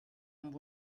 amb